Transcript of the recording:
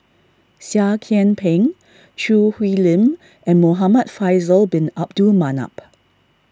Seah Kian Peng Choo Hwee Lim and Muhamad Faisal Bin Abdul Manap